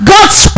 God's